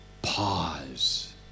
Pause